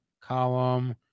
Column